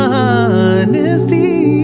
honesty